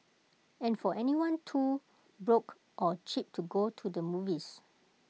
and for anyone too broke or cheap to go to the movies